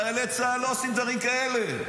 חיילי צה"ל לא עושים דברים כאלה.